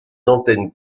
antennes